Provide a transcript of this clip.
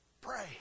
Pray